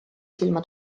silma